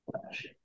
Flash